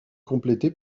complétée